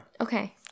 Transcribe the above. Okay